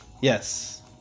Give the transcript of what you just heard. yes